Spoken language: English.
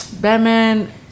Batman